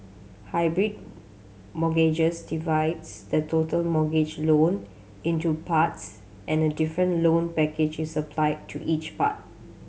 hybrid mortgages divides the total mortgage loan into parts and a different loan package is applied to each part